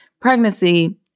pregnancy